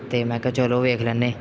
ਅਤੇ ਮੈਂ ਕਿਹਾ ਚੱਲੋ ਵੇਖ ਲੈਂਦੇ